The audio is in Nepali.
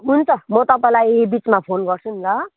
हुन्छ म तपाईँलाई बिचमा फोन गर्छु नि ल